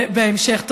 שלב-שלב.